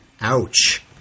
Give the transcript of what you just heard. ouch